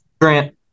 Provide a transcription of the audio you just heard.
Grant